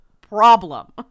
problem